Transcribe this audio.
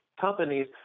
companies